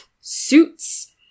suits